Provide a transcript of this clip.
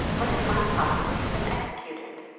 when it might possibly have been executed?